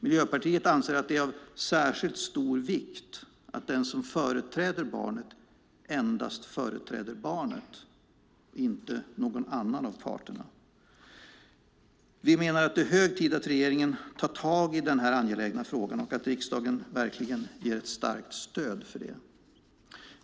Miljöpartiet anser att det är av särskilt stor vikt att den som företräder barnet endast företräder barnet och inte någon annan av parterna. Vi menar att det är hög tid att regeringen tar tag i denna angelägna fråga och att riksdagen verkligen ger ett starkt stöd för det.